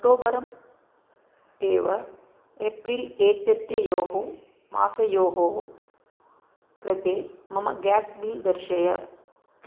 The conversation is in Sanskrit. अक्टोबर् एवं एप्रिल् एतयोः मासयोः कृते मम गैस् बिल् दर्शय